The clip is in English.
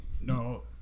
No